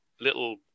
little